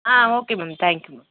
ah okay ma'am thank you